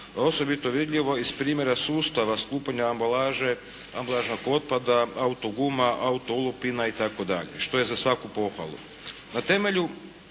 osobito vidljivo iz primjera sustava skupljanja ambalaže, ambalažnog otpada, autoguma, autoolupina itd. što je za svaku pohvalu.